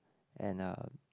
and uh